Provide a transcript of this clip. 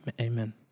Amen